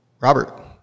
Robert